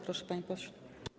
Proszę, panie pośle.